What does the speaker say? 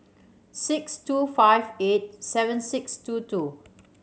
six two five eight seven six two two